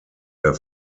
der